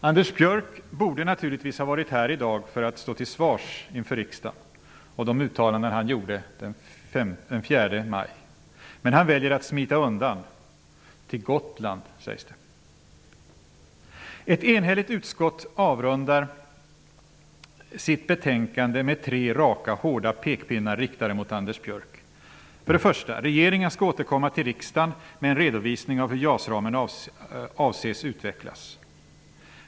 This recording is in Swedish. Anders Björck borde naturligtvis ha varit här i dag för att stå till svars inför riksdagen för de uttalanden som han gjorde den 4 maj. Men han väljer att smita undan -- till Gotland sägs det. Ett enhälligt utskott avrundar sitt betänkande med tre raka och hårda pekpinnar riktade mot Anders För det första skall regeringen återkomma till riksdagen med en redovisning av hur JAS-ramen avses utvecklas.